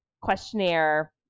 questionnaire